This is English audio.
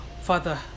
Father